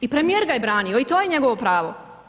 I premijer ga je branio i to je njegovo pravo.